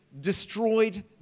destroyed